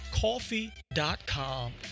coffee.com